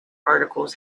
articles